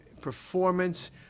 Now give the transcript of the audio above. performance